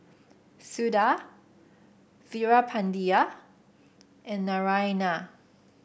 Suda Veerapandiya and Naraina